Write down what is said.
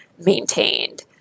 maintained